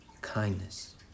kindness